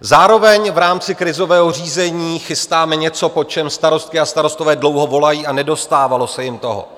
Zároveň v rámci krizového řízení chystáme něco, po čem starostky a starostové dlouho volají, a nedostávalo se jim toho.